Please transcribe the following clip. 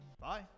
bye